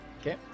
Okay